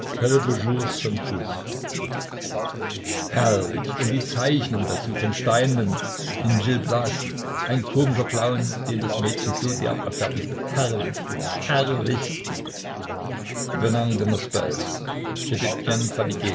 herrlich und die zeichnung dazu von steinlen im gil blas ein komischer clown den das mädchen so derb abfertigt herrlich herrlich